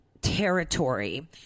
territory